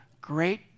Great